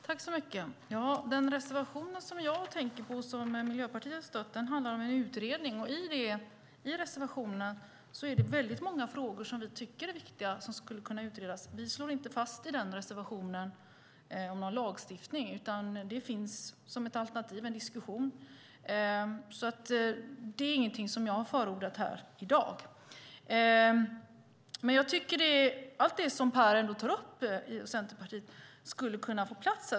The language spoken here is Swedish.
Herr talman! Den reservation som jag tänker på och som Miljöpartiet har stött handlar om en utredning. I reservationen är det många frågor som vi tycker är viktiga och som skulle kunna utredas. Vi slår i den reservationen inte fast att det ska vara någon lagstiftning, utan det finns som ett alternativ och en diskussion. Det är ingenting som jag har förordat här i dag. Allt det som Per Lodenius ändå tar upp från Centerpartiet skulle kunna få plats.